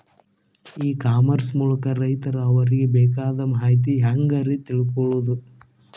E commerce ಮೂಲಕ ರೈತರು ಅವರಿಗೆ ಬೇಕಾದ ಮಾಹಿತಿ ಹ್ಯಾಂಗ ರೇ ತಿಳ್ಕೊಳೋದು?